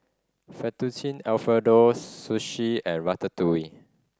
Fettuccine Alfredo Sushi and Ratatouille